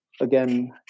again